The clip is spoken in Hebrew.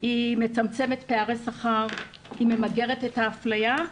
והיא מצמצמת פערי שכר וממגרת את האפליה.